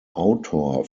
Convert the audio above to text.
autor